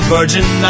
Virgin